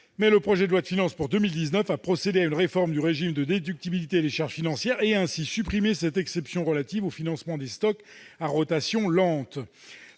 ans. Le projet de loi de finances pour 2019 a procédé à une réforme du régime de déductibilité des charges financières et a ainsi supprimé cette exception relative au financement des stocks à rotation lente.